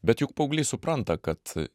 bet juk paauglys supranta kad